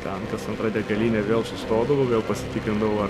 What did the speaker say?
ten kas antra degalinė vėl sustodavau vėl pasitikrindavau ar